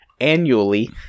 annually